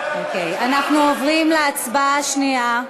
אנחנו עוברים להצבעה השנייה: